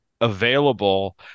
available